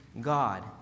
God